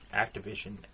Activision